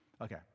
Okay